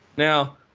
Now